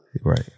Right